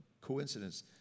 coincidence